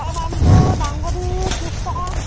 অ' দামটো দাংবডি ত্রিছ টকা